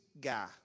guy